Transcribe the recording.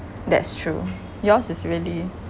that's true yours is really